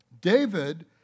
David